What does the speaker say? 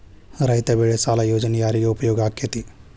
ರೈತ ಬೆಳೆ ಸಾಲ ಯೋಜನೆ ಯಾರಿಗೆ ಉಪಯೋಗ ಆಕ್ಕೆತಿ?